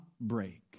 break